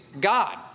God